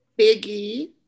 Biggie